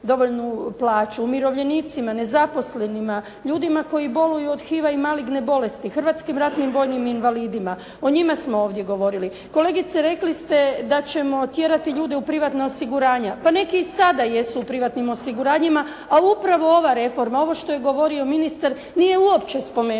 dovoljnu plaću, umirovljenicima, nezaposlenima, ljudima koji boluju od HIVA i maligne bolesti, hrvatskim ratnim vojnim invalidima. O njima smo ovdje govorili. Kolegice rekli ste da ćemo tjerati ljude u privatna osiguranja. Pa neki i sada jesu u privatnim osiguranjima, a upravo ova reforma, ovo što je govorio ministar nije uopće spomenuo